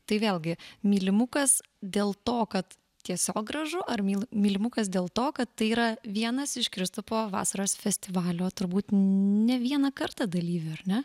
tai vėlgi mylimukas dėl to kad tiesiog gražu ar myl mylimukas dėl to kad tai yra vienas iš kristupo vasaros festivalio turbūt ne vieną kartą dalyvių ar ne